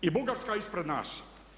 I Bugarska je ispred nas.